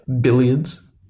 Billiards